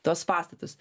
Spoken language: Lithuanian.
tuos pastatus